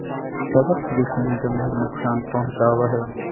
कवक कृषि में गंभीर नुकसान पहुंचावा हई